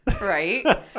Right